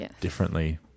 differently